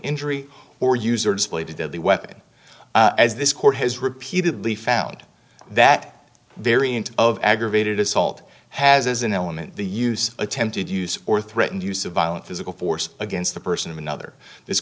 injury or use or displayed a deadly weapon as this court has repeatedly found that variant of aggravated assault has as an element the use of attempted use or threatened use of violent physical force against the person of another this